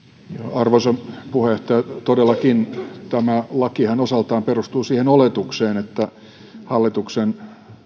arvoisa puheenjohtaja todellakin tämä lakihan osaltaan perustuu siihen oletukseen että hallituksen